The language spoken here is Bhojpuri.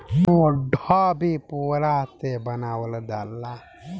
मोढ़ा भी पुअरा से बनावल जाला